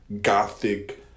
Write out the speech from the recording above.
gothic